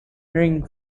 ring